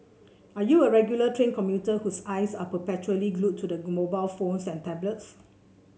are you a regular train commuter whose eyes are perpetually glued to mobile phones and tablets